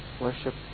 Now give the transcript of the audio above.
Worship